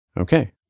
Okay